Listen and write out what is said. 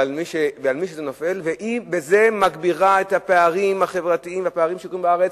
ובזה היא מגבירה את הפערים החברתיים בארץ.